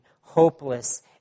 hopeless